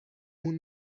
اون